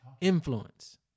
influence